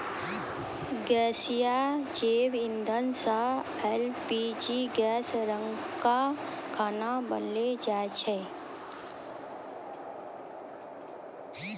गैसीय जैव इंधन सँ एल.पी.जी गैस रंका खाना बनैलो जाय छै?